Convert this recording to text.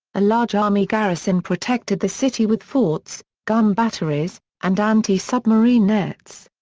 a large army garrison protected the city with forts, gun batteries, and anti-submarine nets.